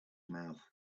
mouth